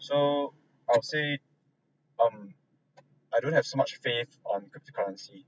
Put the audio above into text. so I would say um I don't have much faith on cryptocurrency